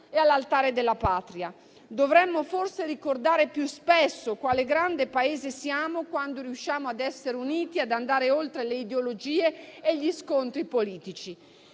e all'Altare della patria. Dovremmo forse ricordare più spesso quale grande Paese siamo, quando riusciamo ad essere uniti, ad andare oltre le ideologie e gli scontri politici.